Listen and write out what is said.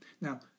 Now